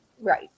Right